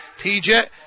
TJ